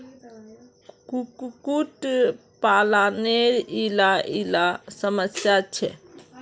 कुक्कुट पालानेर इला इला समस्या छे